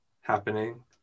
happening